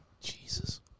Jesus